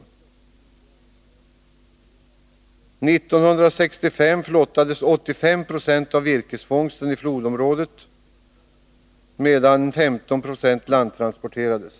1965 flottades 85 90 av virkesfångsten i flodområdet, medan 15 46 landtransporterades.